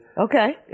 okay